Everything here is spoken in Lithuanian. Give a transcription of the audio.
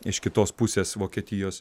iš kitos pusės vokietijos